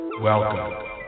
Welcome